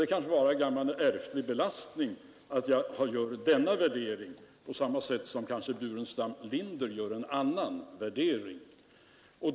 Det kan bero på ärftlig belastning att jag gör den värderingen liksom att herr Burenstam Linder gör en annan värdering.